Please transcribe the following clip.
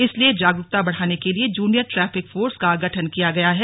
इसलिए जागरूकता बढ़ाने के लिए जूनियर ट्रैफिक फोर्स का गठन किया गया है